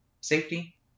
safety